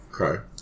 Okay